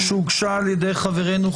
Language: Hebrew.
שהוגשה על ידי חברנו,